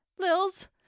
Lils